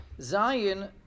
Zion